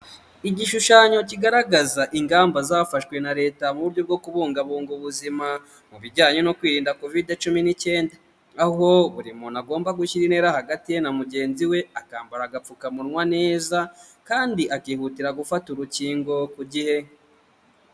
Igishushanyo kigaragaza ingamba zafashwe na Leta mu buryo bwo kubungabunga ubuzima mu bijyanye no kwirinda Kovide cumi n'ikenda, aho buri muntu agomba gushyira intera hagati ye na mugenzi we akambara agapfukamunwa neza, kandi akihutira gufata urukingo ku gihe.